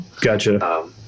Gotcha